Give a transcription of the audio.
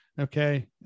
okay